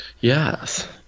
Yes